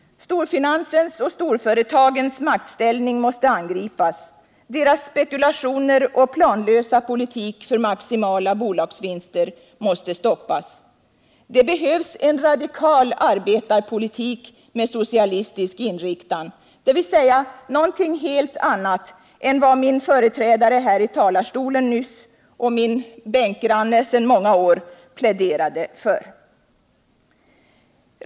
Storfinansens och storföretagens maktställning måste angripas, deras spekulationer och planlösa politik för maximala bolagsvinster måste stoppas. Det behövs en radikal arbetarpolitik med socialistisk inriktning, dvs. någonting helt annat än vad min företrädare här i talarstolen och min bänkgranne sedan många år pläderade för.